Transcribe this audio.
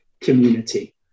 community